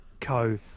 co